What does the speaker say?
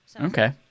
Okay